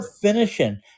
finishing